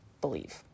believe